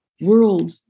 world